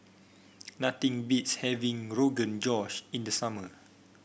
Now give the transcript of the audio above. nothing beats having Rogan Josh in the summer